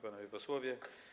Panowie Posłowie!